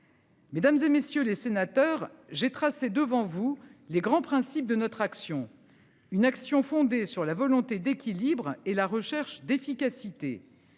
Mesdames, et messieurs les sénateurs. J'ai tracé devant vous les grands principes de notre action, une action fondée sur la volonté d'équilibre et la recherche d'efficacité